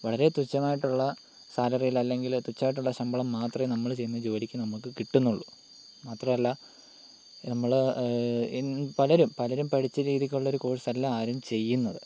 വളരെ തുച്ഛമായിട്ടുള്ള സാലറി അല്ലെങ്കിൽ തുച്ഛമായിട്ടുള്ള ശമ്പളം മാത്രമേ നമ്മൾ ചെയ്യുന്ന ജോലിക്ക് നമുക്ക് കിട്ടുന്നുള്ളു മാത്രമല്ല നമ്മൾ പലരും പലരും പഠിച്ച രീതിക്കുള്ള ഒരു കോഴ്സല്ല ആരും ചെയ്യുന്നത്